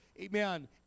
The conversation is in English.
Amen